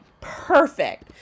perfect